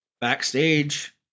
Backstage